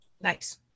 Nice